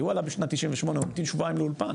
כי הוא בשנת 1998, הוא המתים שבועיים לאולפן.